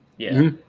yeah.